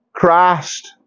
Christ